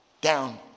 down